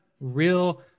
real